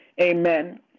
Amen